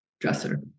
dresser